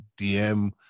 DM